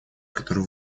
который